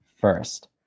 first